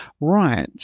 Right